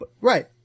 Right